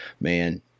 man